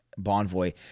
Bonvoy